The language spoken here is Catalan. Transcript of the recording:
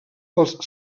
pels